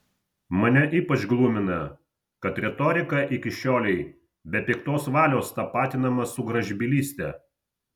mane ypač glumina kad retorika iki šiolei be piktos valios tapatinama su gražbylyste